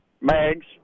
mags